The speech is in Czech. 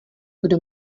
kdo